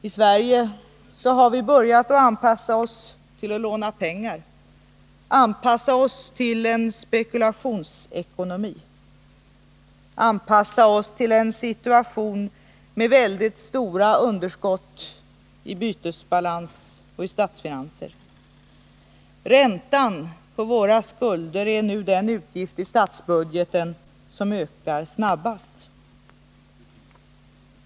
I Sverige har vi börjat att anpassa oss att låna pengar, anpassa oss till en spekulationsekonomi, anpassa oss till en situation med väldigt stora underskott i bytesbalans och i statsfinanser. Räntan på våra skulder är nu den utgift i statsbudgeten som ökar snabbast.